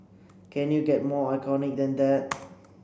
can you get more iconic than that